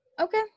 okay